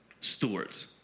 stewards